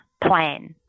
plan